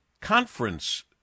Conference